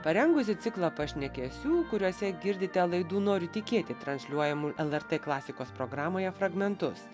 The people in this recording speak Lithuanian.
parengusi ciklą pašnekesių kuriuose girdite laidų nori tikėti transliuojamų lrt klasikos programoje fragmentus